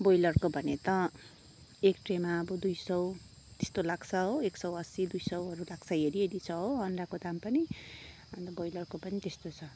ब्रोइलरको भने त एक ट्रेमा अब दुई सौ त्यस्तो लाग्छ हो एक सौ असी दुई सौहरू लाग्छ हेरीहेरी छ हो अन्डाको दाम पनि अन्त ब्रोइलरको पनि त्यस्तो छ